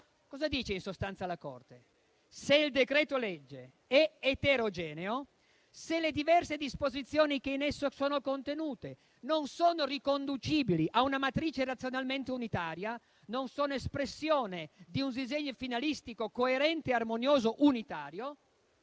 sostanza, la Corte afferma che, se il decreto-legge è eterogeneo e se le diverse disposizioni in esso contenute non sono riconducibili a una matrice razionalmente unitaria e non sono espressione di un disegno finalistico coerente, armonioso e unitario,